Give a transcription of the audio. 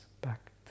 back